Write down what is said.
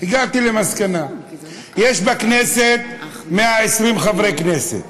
הגעתי למסקנה: יש בכנסת 120 חברי כנסת.